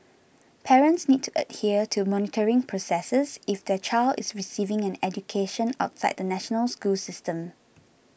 parents need to adhere to monitoring processes if their child is receiving an education outside the national school system